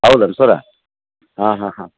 ಹೌದೇನು ಸರ ಹಾಂ ಹಾಂ ಹಾಂ